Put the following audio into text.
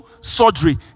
surgery